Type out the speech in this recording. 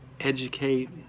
educate